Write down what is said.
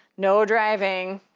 no driving.